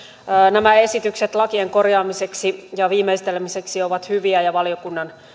nämä esitykset lakien korjaamiseksi ja viimeistelemiseksi ovat hyviä ja ja valiokunnan